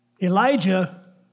Elijah